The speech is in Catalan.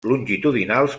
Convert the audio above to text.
longitudinals